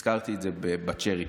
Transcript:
והזכרתי את זה ב-cherry picking?